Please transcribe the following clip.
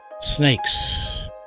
snakes